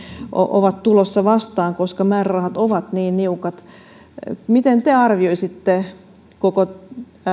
ovat tulossa vastaan koska määrärahat ovat niin niukat miten te arvioisitte koko